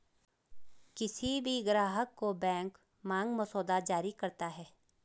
किसी भी ग्राहक को बैंक मांग मसौदा जारी करता है